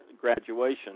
graduation